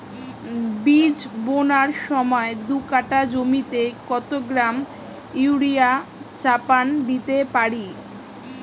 বীজ বোনার সময় দু কাঠা জমিতে কত গ্রাম ইউরিয়া চাপান দিতে পারি?